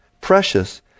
precious